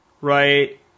right